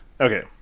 Okay